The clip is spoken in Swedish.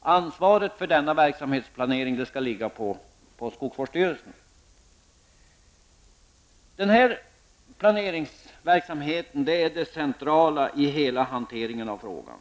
Ansvaret för denna verksamhetsplanering skall ligga på skogsvårdsstyrelsen. Denna planeringsverksamhet är det centrala i hela hanteringen av frågan.